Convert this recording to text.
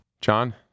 John